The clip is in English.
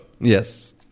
Yes